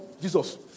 Jesus